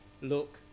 look